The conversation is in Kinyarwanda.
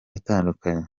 itandukanye